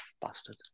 bastard